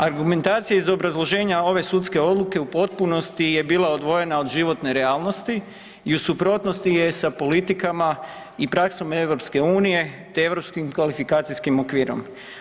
Argumentacija iz obrazloženja ove sudske odluke u potpunosti je bila odvojena od životne realnosti i u suprotnosti je sa politikama i praksom EU te Europskim kvalifikacijskim okvirom.